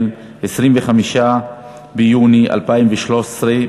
25 ביוני 2013,